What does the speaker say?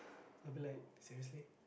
I will be like seriously